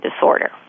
disorder